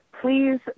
Please